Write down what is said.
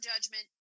judgment